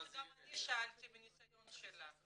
גם אני שאלתי מניסיון שלה,